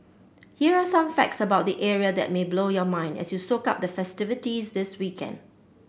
here are some facts about the area that may blow your mind as you soak up the festivities this weekend